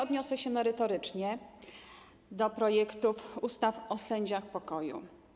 Odniosę się merytorycznie do projektów ustaw o sędziach pokoju.